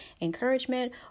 encouragement